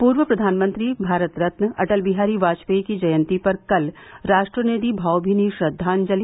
पूर्व प्रधानमंत्री भारत रत्न अटल बिहारी वाजपेयी की जयंती पर कल राष्ट्र ने दी भावमीनी श्रद्वाजंलि